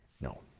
no